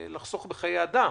לחסוך בחיי אדם,